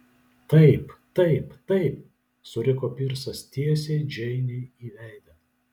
taip taip taip suriko pirsas tiesiai džeinei į veidą